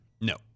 No